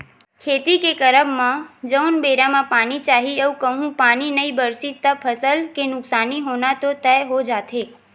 खेती के करब म जउन बेरा म पानी चाही अऊ कहूँ पानी नई बरसिस त फसल के नुकसानी होना तो तय हो जाथे